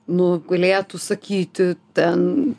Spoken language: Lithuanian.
nu galėtų sakyti ten